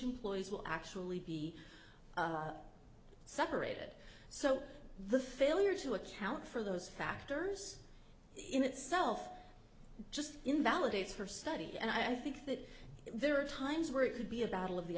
employees will actually be separated so the failure to account for those factors in itself just invalidates her study and i think that there are times where it could be a battle of the